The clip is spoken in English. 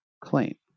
claim